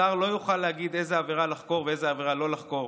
השר לא יוכל להגיד איזה עבירה לחקור ואיזה עבירה לא לחקור,